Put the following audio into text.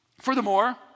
Furthermore